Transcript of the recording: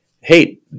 hey